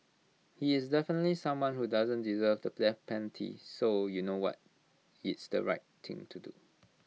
he is definitely someone who doesn't deserve the death penalty so you know what it's the right thing to do